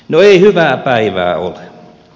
no ei hyvää päivää ole